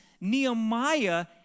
Nehemiah